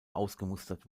ausgemustert